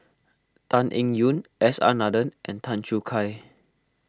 Tan Eng Yoon S R Nathan and Tan Choo Kai